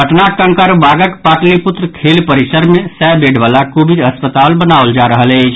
पटनाक कंकड़बागक पाटलिपुत्र खेल परिसर मे सय बेडबाला कोविड अस्पताल बनाओल जा रहल अछि